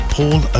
Paul